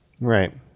Right